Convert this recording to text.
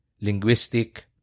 linguistic